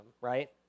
right